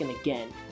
again